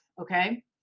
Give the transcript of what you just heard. okay